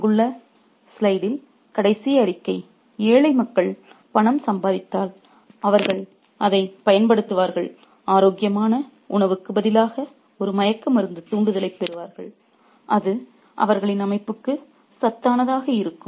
அங்குள்ள ஸ்லைடில் கடைசி அறிக்கை ஏழை மக்கள் பணம் சம்பாதித்தால் அவர்கள் அதைப் பயன்படுத்துவார்கள் ஆரோக்கியமான உணவுக்கு பதிலாக ஒரு மயக்க மருந்து தூண்டுதலைப் பெறுவார்கள் அது அவர்களின் அமைப்புக்கு சத்தானதாக இருக்கும்